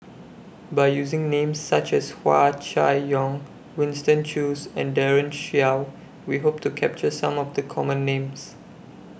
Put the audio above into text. By using Names such as Hua Chai Yong Winston Choos and Daren Shiau We Hope to capture Some of The Common Names